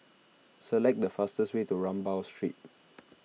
select the fastest way to Rambau Street